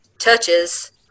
touches